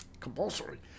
compulsory